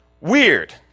Weird